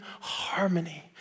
harmony